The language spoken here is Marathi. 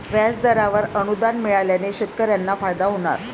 व्याजदरावर अनुदान मिळाल्याने शेतकऱ्यांना फायदा होणार